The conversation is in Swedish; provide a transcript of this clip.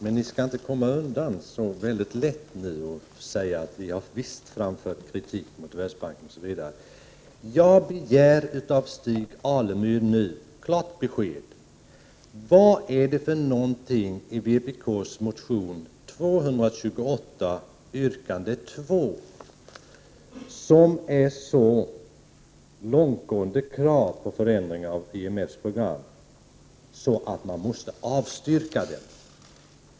Men ni skall inte komma undan så lätt nu och säga att ni visst har framfört kritik mot Världsbanken osv. Jag begär nu av Stig Alemyr klart besked: Vad är det för någonting i vpk:s motion 228, yrkande 2 som är så långtgående krav på förändringar av IMF:s program att den måste avstyrkas?